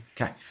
Okay